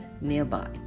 nearby